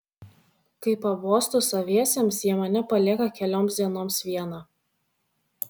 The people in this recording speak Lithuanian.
kai pabostu saviesiems jie mane palieka kelioms dienoms vieną